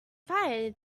fire